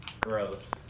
gross